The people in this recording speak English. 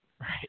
Right